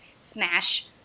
Smash